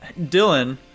Dylan